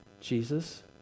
Jesus